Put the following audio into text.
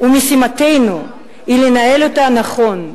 ומשימתנו היא לנהל אותם נכון,